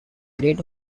great